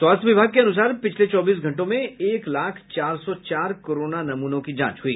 स्वास्थ्य विभाग के अनुसार पिछले चौबीस घंटों में एक लाख चार सौ चार कोरोना नमूनों की जांच हुई